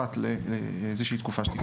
אחת לאיזו שהיא תקופה שנקבע.